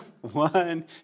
One